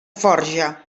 forja